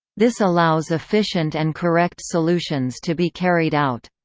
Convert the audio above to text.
this allows efficient and correct solutions to be carried out.